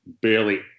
barely